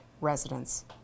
residents